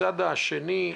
מצד שני,